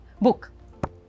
Book